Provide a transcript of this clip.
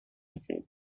said